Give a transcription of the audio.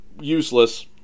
useless